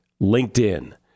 LinkedIn